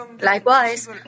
Likewise